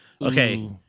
Okay